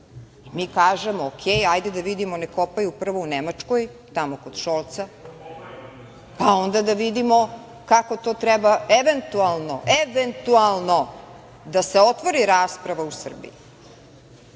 Mi kažemo – okej, hajde da vidimo, nek kopaju prvo u Nemačkoj, tamo kod Šolca, pa onda da vidimo kako to treba eventualno, eventualno da se otvori rasprava u Srbiji. Dalje,